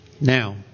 now